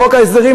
חוק ההסדרים,